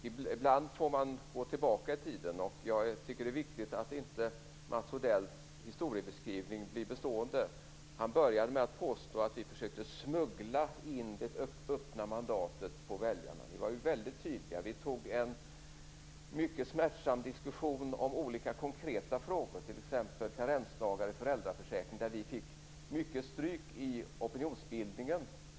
Fru talman! Ibland får man gå tillbaka i tiden, och jag tycker att det är viktigt att inte Mats Odells historieskrivning blir bestående. Han började med att påstå att vi försökte smuggla in det öppna mandatet på väljarna. Vi var ju väldigt tydliga och tog en mycket smärtsam diskussion om olika konkreta frågor, t.ex. karensdagar i föräldraförsäkringen där vi fick ta mycket stryk i fråga om opinionsbildningen.